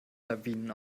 lawinen